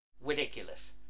ridiculous